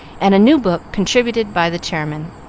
and a new book contributed by the chairman.